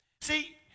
see